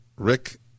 Rick